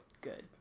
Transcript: good